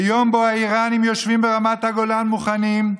ביום שבו האיראנים יושבים ברמת הגולן מוכנים,